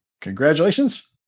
congratulations